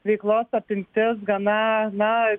veiklos apimtis gana na